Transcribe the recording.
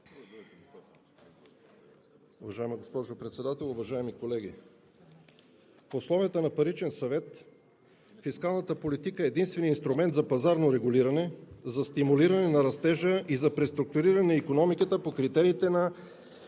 Уважаема госпожо Председател, уважаеми колеги! В условията на паричен съвет фискалната политика е единственият инструмент за пазарно регулиране, за стимулиране на растежа и за преструктуриране икономиката по критериите на